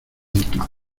inclán